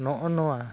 ᱱᱚᱜᱼᱚ ᱱᱚᱣᱟ